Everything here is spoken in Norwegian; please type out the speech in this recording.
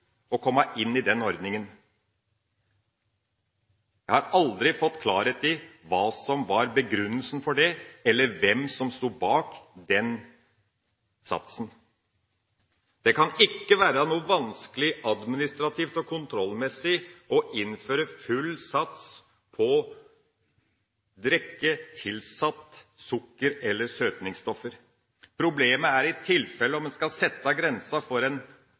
inn i den ordninga. Jeg har aldri fått klarhet i hva som var begrunnelsen for det, eller hvem som sto bak den satsen. Det kan ikke være noe vanskelig administrativt og kontrollmessig å innføre full sats på drikke tilsatt sukker eller søtningsstoffer. Problemet er i tilfelle om man skal sette grensen på en